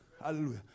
Hallelujah